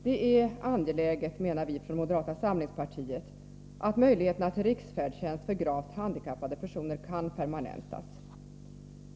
Det är angeläget, menar vi från moderata samlingspartiet, att möjligheterna till riksfärdtjänst för gravt handikappade personer kan permanentas.